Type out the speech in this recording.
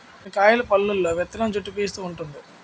కొన్ని కాయల పల్లులో విత్తనం చుట్టూ పీసూ వుంటుంది